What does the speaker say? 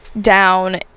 down